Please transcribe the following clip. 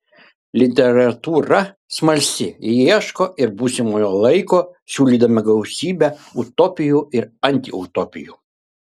literatūra smalsi ji ieško ir būsimojo laiko siūlydama gausybę utopijų ir antiutopijų